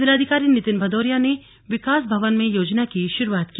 जिलाधिकारी नितिन भदोरिया ने विकास भवन में योजना की शुरूआत की